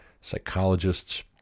psychologists